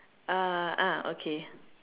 uh ah okay